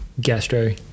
gastro